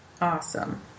Awesome